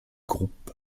groupe